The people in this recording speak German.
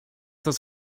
das